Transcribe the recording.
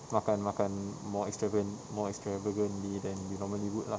makan makan more extravagant more extravagantly than you normally would lah